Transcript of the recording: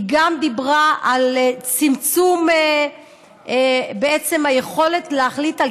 היא דיברה גם על צמצום בעצם היכולת להחליט על